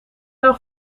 nog